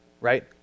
right